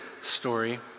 story